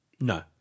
No